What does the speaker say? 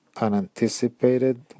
unanticipated